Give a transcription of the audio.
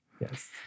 yes